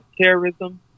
terrorism